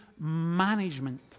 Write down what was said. management